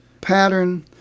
pattern